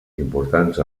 importants